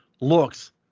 looks